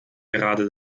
gerade